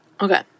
Okay